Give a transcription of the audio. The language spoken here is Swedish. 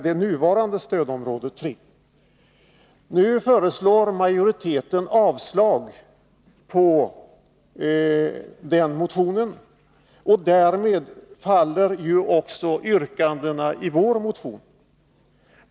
Majoriteten föreslår nu avslag på partimotionen och därmed faller ju också yrkandena i vår motion.